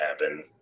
happen